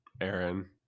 aaron